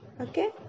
Okay